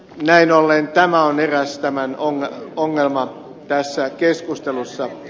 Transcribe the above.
näin ollen tämä on eräs ongelma tässä keskustelussa